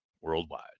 worldwide